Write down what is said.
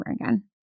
again